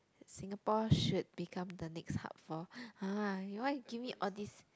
Singapore should become the next hub for !huh! why you give me all this